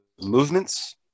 movements